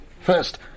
First